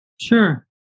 Sure